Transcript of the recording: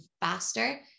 faster